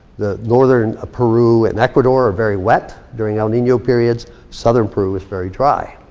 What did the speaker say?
the northern ah peru and ecuador are very wet. during el nino periods. southern peru is very dry.